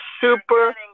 super